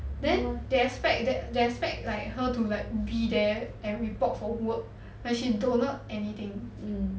then they expect that they expect like her to like be there and report for work when she don't know anything